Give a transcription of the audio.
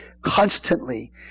constantly